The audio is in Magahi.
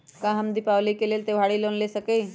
का हम दीपावली के लेल त्योहारी लोन ले सकई?